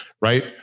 right